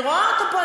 אני רואה אותם פה,